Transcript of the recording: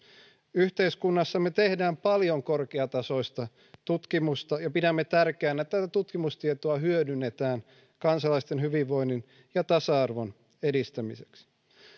yhteiskunnassamme tehdään paljon korkeatasoista tutkimusta ja pidämme tärkeänä että tätä tutkimustietoa hyödynnetään kansalaisten hyvinvoinnin ja tasa arvon edistämiseksi